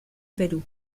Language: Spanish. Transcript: perú